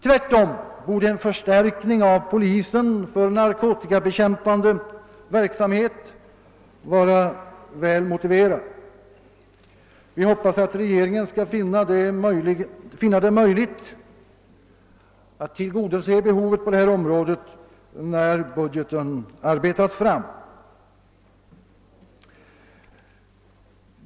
Tvärtom borde en förstärkning av polisen för narkotibekämpande verksamhet vara väl motiverad. Vi hoppas att regeringen skall finna det möjligt att tillgodose behovet på detta område när budgeten arbetas fram.